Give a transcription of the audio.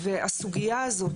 והסוגייה הזאת,